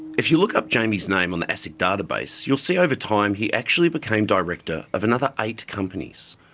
if you look up jamie's name on the asic database, you'll see over time he actually became director of another eight companies.